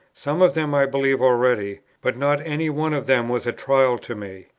some of them i believed already, but not any one of them was a trial to me.